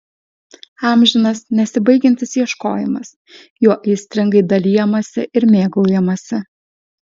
amžinas nesibaigiantis ieškojimas juo aistringai dalijamasi ir mėgaujamasi